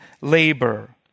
labor